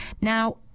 Now